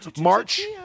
March